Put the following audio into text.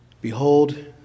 Behold